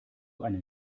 einen